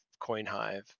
CoinHive